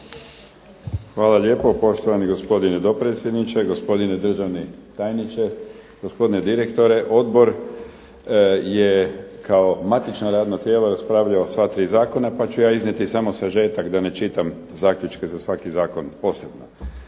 Hvala lijepo. Poštovani gospodine dopredsjedniče, gospodine državni tajniče, gospodine direktore, Odbor je kao matično radno tijelo raspravljao o sva tri zakona, pa ću iznijeti samo sažetak da ne čitam zaključke za svaki zakon posebno.